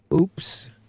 Oops